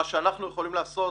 מה שאנחנו יכולים לעשות